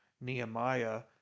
Nehemiah